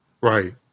Right